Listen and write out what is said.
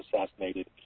assassinated